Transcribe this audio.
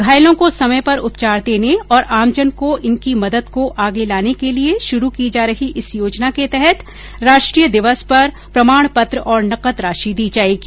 घायलों को समय पर उपचार देने और आमजन को इनकी मदद को आगे लाने के लिए शुरु की जा रही इस योजना के तहत राष्ट्रीय दिवस पर प्रमाण पत्र और नगद राशि दी जाएगी